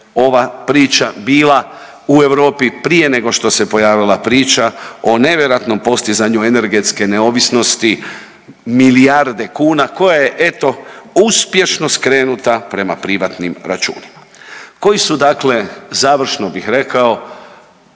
ova priča bila u Europi prije nego što se pojavila priča o nevjerojatnom postizanju energetske neovisnosti milijarde kuna koja je eto uspješno skrenuta prema privatnim računima. Koji su dakle, završno bih rekao,